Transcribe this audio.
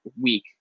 week